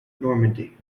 normandy